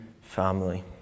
family